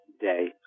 Day